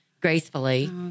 gracefully